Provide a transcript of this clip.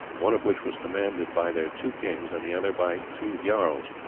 one of which was commanded by their two kings and the other by two jarls.